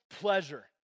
pleasure